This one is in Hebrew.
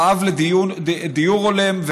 רעב לדיור הולם,